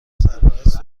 سرپرست